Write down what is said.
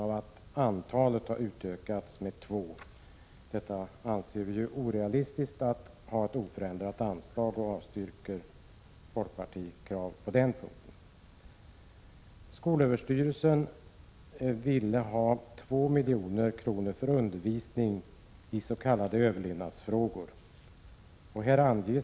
Antalet ledamöter har utökats med två, och vi anser därför att det är orealistiskt med ett oförändrat anslag och avstyrker folkpartiets krav på den punkten. Skolöverstyrelsen vill ha 2 milj.kr. för undervisning is.k. överlevnadsfrågor.